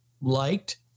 liked